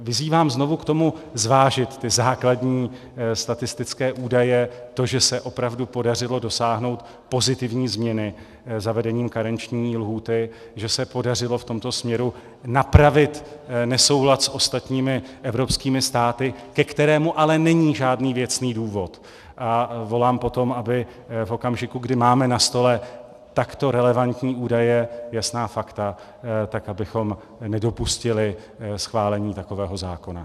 Vyzývám znovu k tomu zvážit ty základní statistické údaje, to, že se opravdu podařilo dosáhnout pozitivní změny zavedením karenční lhůty, že se podařilo v tomto směru napravit nesoulad s ostatními evropskými státy, ke kterému ale není žádný věcný důvod, a volám po tom, aby v okamžiku, kdy máme na stole takto relevantní údaje, jasná fakta, abychom nedopustili schválení takového zákona.